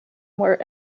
were